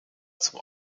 zum